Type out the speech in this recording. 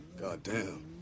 Goddamn